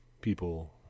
people